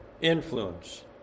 influence